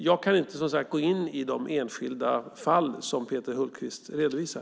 Jag kan, som sagt, inte gå in på de enskilda fall som Peter Hultqvist redovisar.